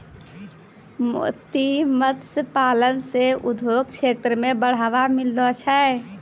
मोती मत्स्य पालन से उद्योग क्षेत्र मे बढ़ावा मिललो छै